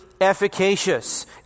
efficacious